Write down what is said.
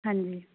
ਹਾਂਜੀ